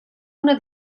una